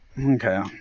Okay